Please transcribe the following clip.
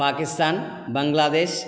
Pakistan Bangladesh